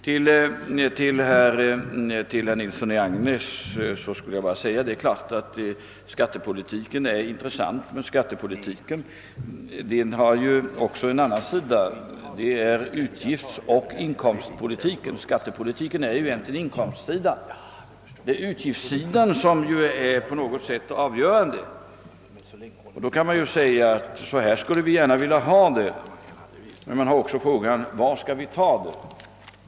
Det är klart, herr Nilsson i Agnäs, att den skattepolitiska aspekten är intressant i sysselsättningssammanhang, men skattepolitiken måste också ses ur andra synpunkter. I vår utgiftsoch inkomstpolitik hör skattepolitiken egentligen hemma på inkomstsidan, medan utgiftssidan är på något sätt mer avgörande. Visst kan vi säga att så här skulle vi gärna vilja ha det, men då möter också frågan om var vi skall ta det.